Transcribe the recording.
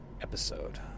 episode